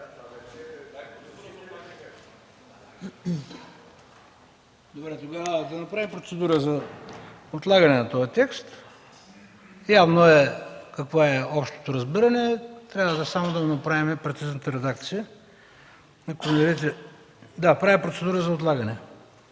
Тогава да направим процедура за отлагане на този текст. Явно какво е общото разбиране, трябва само да направим прецизната редакция. Правя процедура за отлагане.